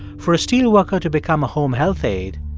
for a steelworker to become a home health aide,